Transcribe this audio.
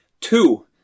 Two